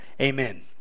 amen